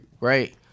right